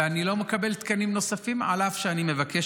ואני לא מקבל תקנים נוספים על אף שאני מבקש